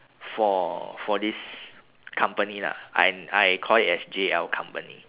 for for this company lah I'm I call it as J L company